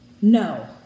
No